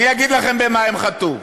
אני אגיד לכם במה הם חטאו: